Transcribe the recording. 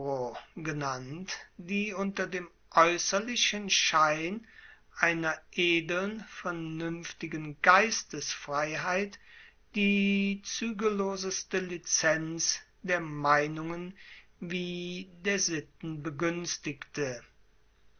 genannt die unter dem äußerlichen schein einer edeln vernünftigen geistesfreiheit die zügelloseste lizenz der meinungen wie der sitten begünstigte